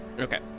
Okay